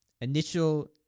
Initial